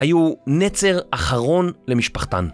היו נצר אחרון למשפחתן.